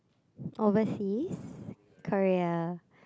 overseas Korea